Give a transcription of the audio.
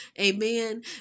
Amen